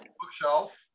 bookshelf